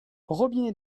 robinet